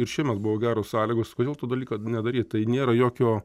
ir šiemet buvo geros sąlygos kodėl tų dalyką nedaryt tai nėra jokio